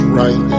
right